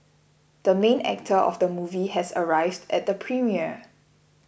the main actor of the movie has arrived at the premiere